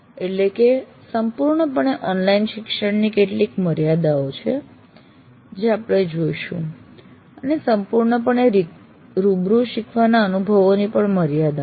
એટલે કે સંપૂર્ણપણે ઓનલાઇન શિક્ષણની કેટલીક મર્યાદાઓ છે જે આપણે જોઈશું અને સંપૂર્ણપણે રૂબરૂ શીખવાના અનુભવોની પણ મર્યાદાઓ છે